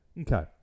okay